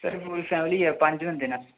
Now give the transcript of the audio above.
sir पूरी family ऐ पंज बंदे न अस